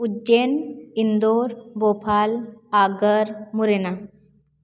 Ujjain Indore Bhopal Agar Morena